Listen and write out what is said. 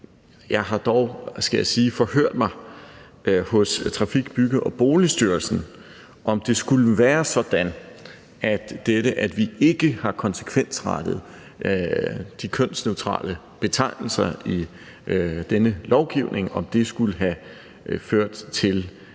jeg sige, forhørt mig hos Trafik-, Bygge- og Boligstyrelsen, om det skulle være sådan, at det med, at vi ikke har konsekvensrettet de kønsneutrale betegnelser i denne lovgivning, skulle have haft